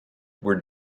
were